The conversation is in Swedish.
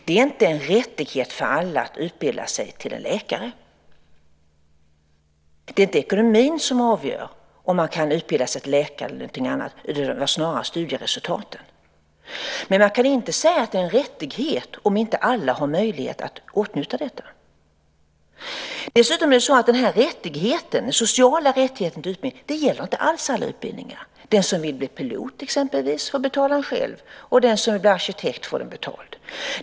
Det är inte en rättighet för alla att utbilda sig till läkare. Det är inte ekonomin som avgör om man kan utbilda sig till läkare eller till någonting annat utan snarare studieresultaten. Men man kan inte säga att det är en rättighet om inte alla har möjlighet att åtnjuta detta. Denna rättighet, den sociala rättigheten till utbildning, gäller inte alls alla utbildningar. Den som vill bli exempelvis pilot får betala själv, och den som vill bli arkitekt får utbildningen betald.